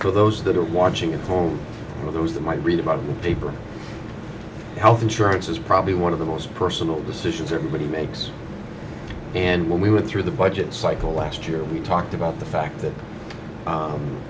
for those that are watching at home or those that might read about people health insurance is probably one of the most personal decisions or when he makes and when we went through the budget cycle last year we talked about the fact that